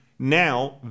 now